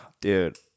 Dude